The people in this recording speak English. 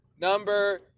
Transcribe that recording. number